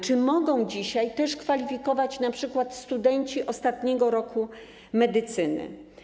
Czy dzisiaj mogą też kwalifikować np. studenci ostatniego roku medycyny?